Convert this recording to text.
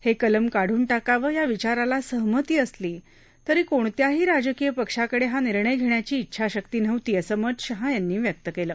हे कलम काढून टाकावं या विचाराला सहमती असली तरी कोणत्याही राजकीय पक्षाकडे हा निर्णय घेण्याची इच्छाशक्ती नव्हती असं मत शहा यांनी व्यक्त केलं